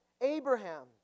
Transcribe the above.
Abraham